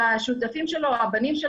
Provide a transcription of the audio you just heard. והשותפים שלו הבנים,